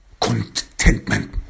contentment